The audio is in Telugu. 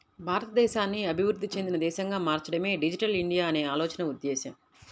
భారతదేశాన్ని అభివృద్ధి చెందిన దేశంగా మార్చడమే డిజిటల్ ఇండియా అనే ఆలోచన ఉద్దేశ్యం